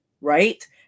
right